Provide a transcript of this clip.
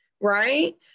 right